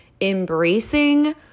embracing